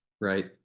right